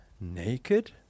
Naked